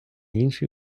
інший